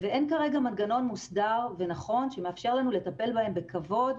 אין כרגע מנגנון מוסדר ונכון שמאפשר לנו לטפל בהם בכבוד,